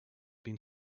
been